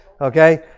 okay